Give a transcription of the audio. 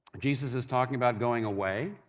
jesus is talking about going away.